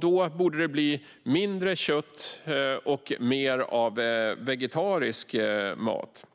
Då borde det bli mindre kött och mer vegetarisk mat.